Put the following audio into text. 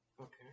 Okay